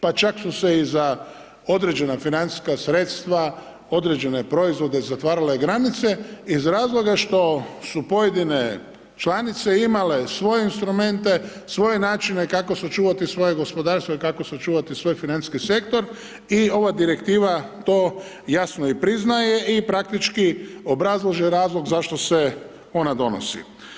Pa čak su se i za određena financijska sredstva, određene proizvode zatvarale granice iz razloga što su pojedine članice imale svoje instrumente, svoje načine kako sačuvati svoje gospodarstvo i kako sačuvati svoj financijski sektor i ova direktiva to jasno i priznaje i praktički obrazlaže razlog zašto se ona donosi.